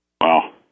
Wow